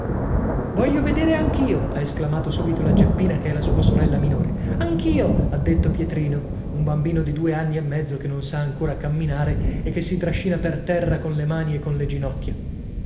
voglio vedere anch io ha esclamato subito la geppina che è la sua sorella minore anch'io ha detto pietrino un bambino di due anni e mezzo che non sa ancora camminare e che si trascina per terra con le mani e con le ginocchia